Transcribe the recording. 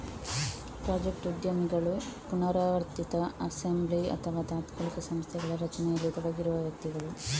project ಉದ್ಯಮಿಗಳು ಪುನರಾವರ್ತಿತ assembly ಅಥವಾ ತಾತ್ಕಾಲಿಕ ಸಂಸ್ಥೆಗಳ ರಚನೆಯಲ್ಲಿ ತೊಡಗಿರುವ ವ್ಯಕ್ತಿಗಳು